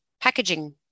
packaging